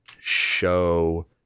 show